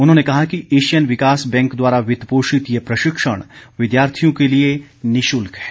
उन्होंने कहा कि एशियन विकास बैंक द्वारा वित्त पोषित ये प्रशिक्षण विद्यार्थियों के लिए निशुल्क है